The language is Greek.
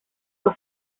του